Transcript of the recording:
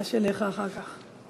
אגש אליך אחר כך.